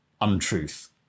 untruth